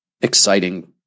exciting